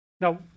Now